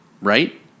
right